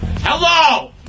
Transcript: Hello